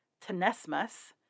tenesmus